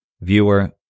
viewer